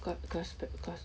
got glass the glass